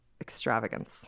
extravagance